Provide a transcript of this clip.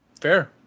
fair